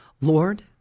Lord